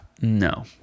No